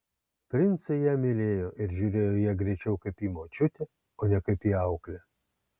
princai ją mylėjo ir žiūrėjo į ją greičiau kaip į močiutę o ne kaip į auklę